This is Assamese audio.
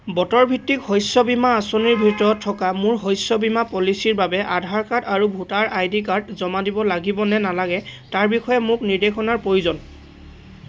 বতৰ ভিত্তিক শস্য বীমা আঁচনিৰ ভিতৰত থকা মোৰ শস্য বীমা পলিচীৰ বাবে আধাৰ কাৰ্ড আৰু ভোটাৰ আই ডি কাৰ্ড জমা দিব লাগিব নে নালাগে তাৰ বিষয়ে মোক নিৰ্দেশনাৰ প্ৰয়োজন